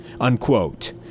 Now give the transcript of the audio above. unquote